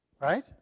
Right